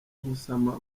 gusama